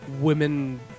women